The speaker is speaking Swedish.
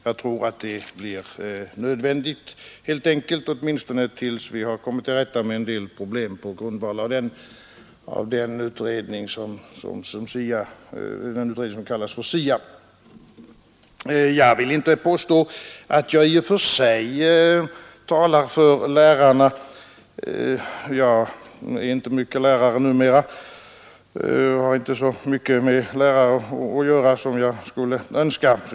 Jag tror helt enkelt det blir nödvändigt, åtminstone tills vi har kommit till rätta med en del problem på grundval av den utredning som kallas SIA. I och för sig vill jag inte påstå att jag talar för lärarna — numera är jag inte lärare så mycket och har inte så mycket med lärare att göra som jag skulle önska.